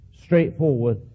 straightforward